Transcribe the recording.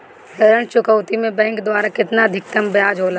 ऋण चुकौती में बैंक द्वारा केतना अधीक्तम ब्याज होला?